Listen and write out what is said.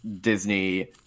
Disney